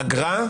אגרה?